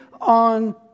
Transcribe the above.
on